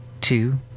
two